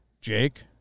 Jake